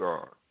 God